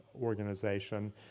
organization